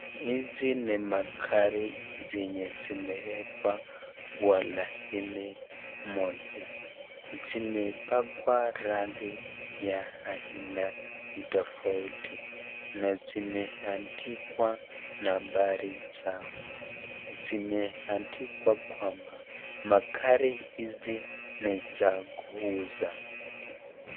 Hizi ni magari zenye zimewekwa kwa laini moja. Zimepakwa rangi ya aina tofauti na zimeandikwa nambari zao. Zimeandikwa kwamba, magari hizi ni za kuuza.